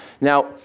Now